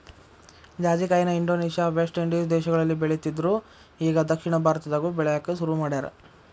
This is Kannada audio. ಜಾಜಿಕಾಯಿನ ಇಂಡೋನೇಷ್ಯಾ, ವೆಸ್ಟ್ ಇಂಡೇಸ್ ದೇಶಗಳಲ್ಲಿ ಬೆಳಿತ್ತಿದ್ರು ಇಗಾ ದಕ್ಷಿಣ ಭಾರತದಾಗು ಬೆಳ್ಯಾಕ ಸುರು ಮಾಡ್ಯಾರ